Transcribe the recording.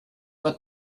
med